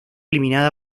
eliminada